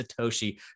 SATOSHI